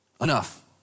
enough